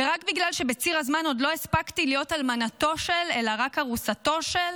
ורק בגלל שבציר הזמן עוד לא הספקתי להיות אלמנתו של אלא רק ארוסתו של?